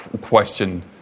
question